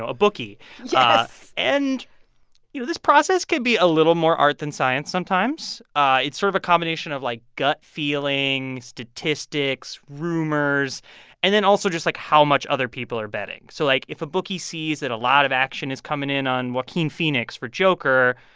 a a bookie yes yeah and you know, this process could be a little more art than science sometimes. it's sort of a combination of, like, gut feeling, statistics, rumors and then also just, like, how much other people are betting. so, like, if a bookie sees that a lot of action is coming in on joaquin phoenix for joker,